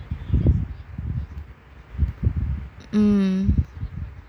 um